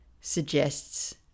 suggests